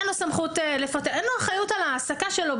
אין לו סמכות, אין לו אחריות על ההעסקה שלו.